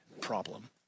problem